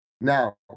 now